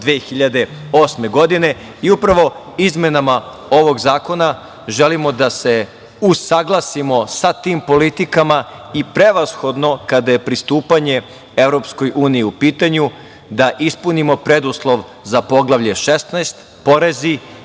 2008. godine. Upravo izmenama ovog zakona želimo da se usaglasimo sa tim politikama i prevashodno kada je pristupanje EU u pitanju, da ispunimo preduslov za poglavlje 16. porezi